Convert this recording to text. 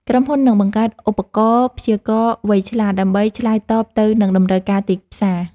ក្រុមហ៊ុននឹងបង្កើតឧបករណ៍ព្យាករណ៍វៃឆ្លាត ដើម្បីឆ្លើយតបទៅនឹងតម្រូវការទីផ្សារ។